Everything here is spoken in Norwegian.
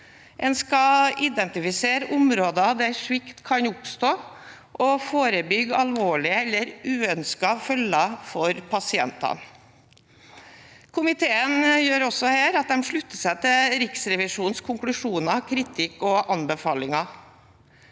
En skal identifisere områder der svikt kan oppstå, og forebygge alvorlige eller uønskede følger for pasientene. Komiteen slutter seg også her til Riksrevisjonens konklusjoner, kritikk og anbefalinger.